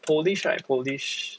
polish right polish